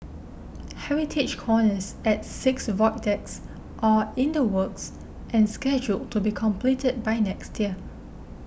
heritage corners at six void decks are in the works and scheduled to be completed by next year